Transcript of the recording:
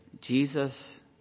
Jesus